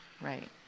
right